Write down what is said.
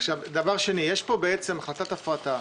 דבר שני, יש פה בעצם החלטת הפרטה,